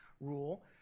rule